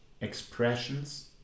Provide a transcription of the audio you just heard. expressions